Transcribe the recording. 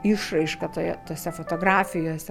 išraiška toje tose fotografijose